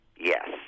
Yes